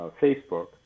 Facebook